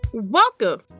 Welcome